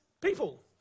people